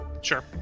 Sure